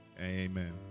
amen